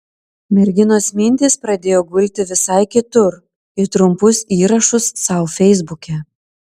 merginos mintys pradėjo gulti visai kitur į trumpus įrašus sau feisbuke